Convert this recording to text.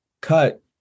cut